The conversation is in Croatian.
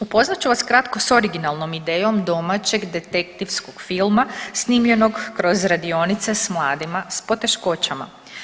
Upoznat ću vas kratko s originalnom idejom domaćeg detektivskog filma snimljenog kroz radionice s mladima s poteškoćama.